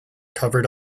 covered